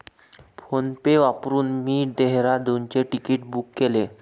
PhonePe वापरून मी डेहराडूनचे तिकीट बुक केले